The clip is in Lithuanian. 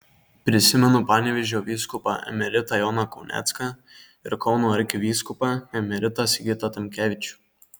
prisimenu panevėžio vyskupą emeritą joną kaunecką ir kauno arkivyskupą emeritą sigitą tamkevičių